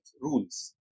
rules